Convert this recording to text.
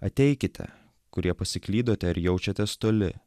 ateikite kurie pasiklydote ar jaučiatės toli